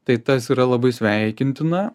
tai tas yra labai sveikintina